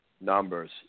numbers